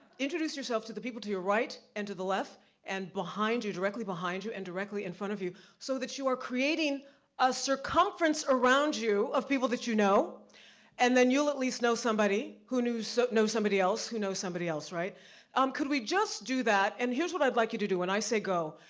introduce yourself to the people to your right and to the left and behind you, directly behind you and directly in front of you, so, that you are creating a circumference around you of people that you know and then you'll at least know somebody, who knows so somebody else, who knows somebody else. um could we just do that. and here's what i'd like you to do, when i say, go.